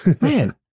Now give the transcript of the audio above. Man